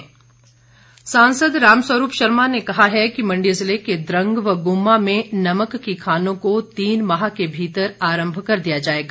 रामस्वरूप सांसद रामस्वरूप शर्मा ने कहा है कि मंडी जिले के द्वंग व ग्म्मा में नमक की खानों को तीन माह के भीतर आरम्भ कर दिया जाएगा